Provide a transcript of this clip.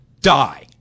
die